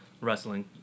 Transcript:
wrestling